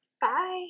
bye